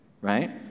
right